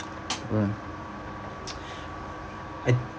uh I